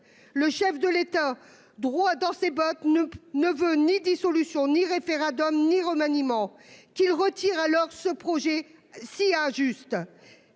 Le chef de l'État, droit dans ses bottes, ne veut ni dissolution, ni référendum, ni remaniement. Qu'il retire alors ce projet si injuste.